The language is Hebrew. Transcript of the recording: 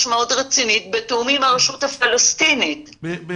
מאוד רצינית בתיאום עם הרשות הפלסטינית.